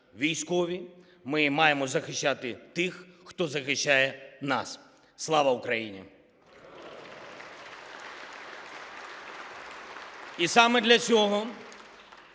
військові, ми маємо захищати тих, хто захищає нас. Слава Україні!